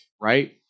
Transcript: right